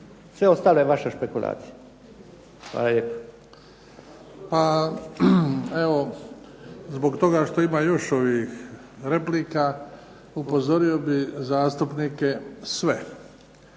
Sve ostalo je vaša špekulacija.